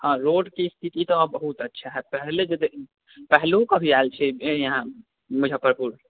हँ रोडके स्थिति तऽ अब बहुत अच्छा हइ पहिले पहिलो कभी आएल छिए यहाँ मुजफ्फरपुर